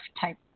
type